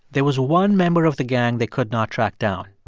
there was one member of the gang they could not track down.